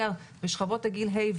בשכבות הגיל ה',